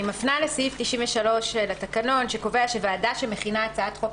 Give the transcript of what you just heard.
אני מפנה לסעיף 93 לתקנון שקובע שוועדה שמכינה הצעת חוק